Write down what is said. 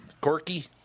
Corky